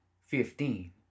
Fifteen